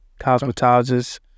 cosmetologist